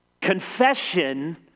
Confession